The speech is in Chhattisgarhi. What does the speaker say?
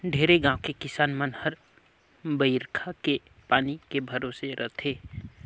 ढेरे गाँव के किसान मन हर बईरखा के पानी के भरोसा रथे